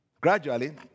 gradually